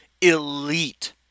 elite